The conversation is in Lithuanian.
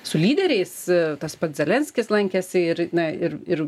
su lyderiais tas pats zelenskis lankėsi ir na ir ir